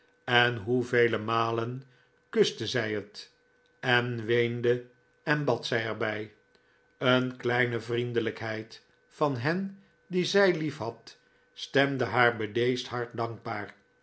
en hoevele malen kuste zij het en weende en bad zij er bij een kleine vriendelijkheid van hen die zij lief had stemde haar bedeesd hart dankbaar